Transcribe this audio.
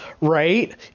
Right